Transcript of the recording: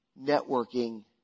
networking